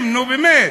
חברים, נו, באמת,